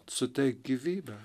suteikt gyvybę